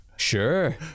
Sure